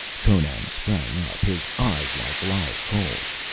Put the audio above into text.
conan sprang up, his eyes like live coals.